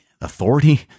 authority